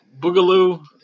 Boogaloo